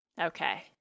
Okay